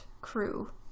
crew